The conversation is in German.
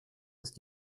ist